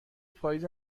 پاییز